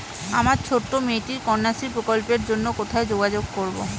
আমার ছোট্ট মেয়েটির কন্যাশ্রী প্রকল্পের জন্য কোথায় যোগাযোগ করব?